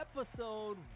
episode